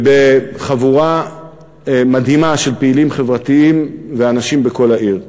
ובחבורה מדהימה של פעילים חברתיים ואנשים בכל העיר.